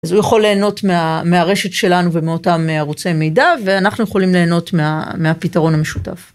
אז הוא יכול ליהנות מהרשת שלנו ומאותם ערוצי מידע ואנחנו יכולים ליהנות מהפתרון המשותף.